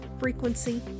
frequency